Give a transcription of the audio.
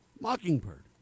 Mockingbird